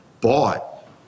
bought